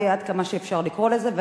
עד כמה שאפשר לקרוא לזה כך,